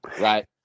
right